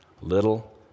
little